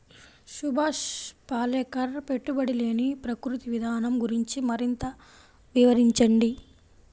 సుభాష్ పాలేకర్ పెట్టుబడి లేని ప్రకృతి విధానం గురించి మరింత వివరించండి